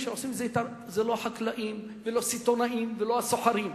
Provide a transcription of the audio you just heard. זה לא חקלאים ולא סיטונאים ולא סוחרים.